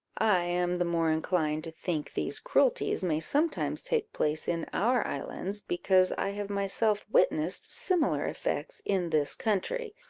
i am the more inclined to think these cruelties may sometimes take place in our islands, because i have myself witnessed similar effects in this country,